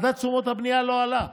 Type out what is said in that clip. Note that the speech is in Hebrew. מדד תשומות הבנייה לא עלה.